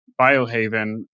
Biohaven